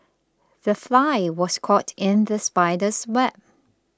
the fly was caught in the spider's web